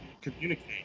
communicate